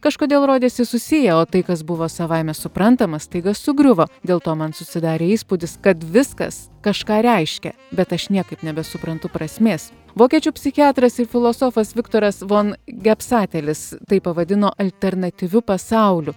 kažkodėl rodėsi susiję o tai kas buvo savaime suprantama staiga sugriuvo dėl to man susidarė įspūdis kad viskas kažką reiškia bet aš niekaip nebesuprantu prasmės vokiečių psichiatras ir filosofas viktoras von gepsatėlis tai pavadino alternatyviu pasauliu